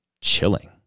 chilling